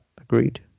agreed